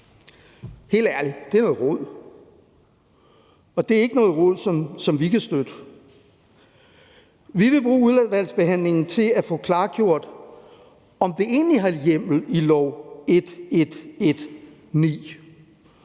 Helt ærligt, det er noget rod. Og det er noget rod, som vi ikke kan støtte. Vi vil bruge udvalgsbehandlingen til at få klargjort, om det egentlig har hjemmel i lov nr.